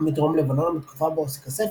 בדרום לבנון בתקופה בה עוסק הספר,